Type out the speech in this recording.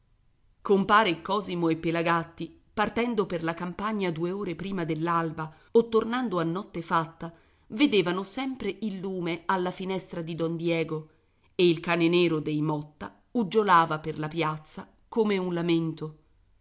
compare cosimo e pelagatti partendo per la campagna due ore prima dell'alba o tornando a notte fatta vedevano sempre il lume alla finestra di don diego e il cane nero dei motta uggiolava per la piazza come un lamento